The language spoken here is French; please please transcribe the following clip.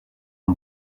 est